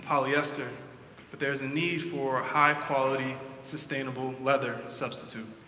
polyester but there is a need for a high-quality sustainable leather substitute.